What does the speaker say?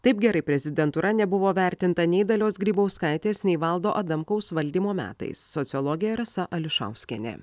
taip gerai prezidentūra nebuvo vertinta nei dalios grybauskaitės nei valdo adamkaus valdymo metais sociologė rasa ališauskienė